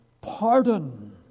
pardon